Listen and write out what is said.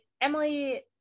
Emily